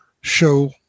show